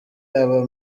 abari